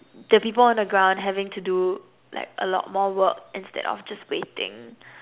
the people on the ground having to do like a lot more work instead of just waiting